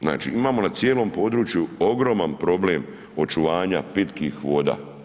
Znači, imamo na cijelom području ogroman problem očuvanja pitkih voda.